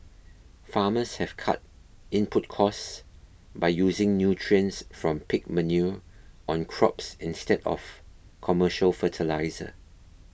farmers have cut input costs by using nutrients from pig manure on crops instead of commercial fertiliser